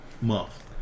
month